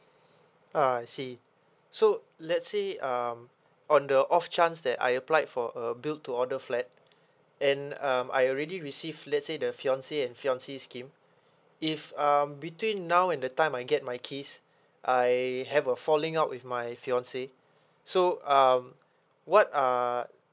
ah I see so let's say um on the off chance that I applied for a built to order flat and um I already receive let's say the fiancee and fiancee scheme if um between now and the time I get my keys I have a falling out with my fiancee so um what are